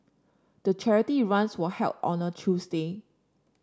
the charity run was held on a Tuesday